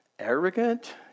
arrogant